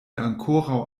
ankoraŭ